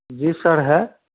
जी sir है